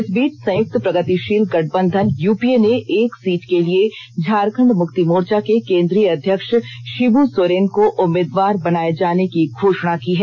इस बीच संयुक्त प्रगतिषील गठबंधन यूपीए ने एक सीट के लिए झारखंड मुक्ति मोर्चा के केंद्रीय अध्यक्ष षिब्र सोरेन को उम्मीदवार बनाये जाने की घोषणा की है